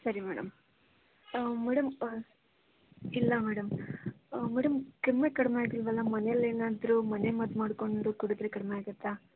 ಸರಿ madam madam ಇಲ್ಲ madam madam ಕೆಮ್ಮೇ ಕಡಿಮೆ ಆಗಿಲ್ಲವಲ್ಲ ಮನೆಲೇನಾದ್ರೂ ಮನೆಮದ್ದು ಮಾಡಿಕೊಂಡು ಕುಡಿದ್ರೆ ಕಡಿಮೆ ಆಗುತ್ತಾ